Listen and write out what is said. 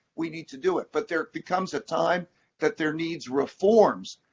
we need to do it. but there but comes a time that there needs reforms.